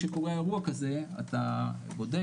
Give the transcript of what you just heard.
כשקורה אירוע כזה אתה בודק,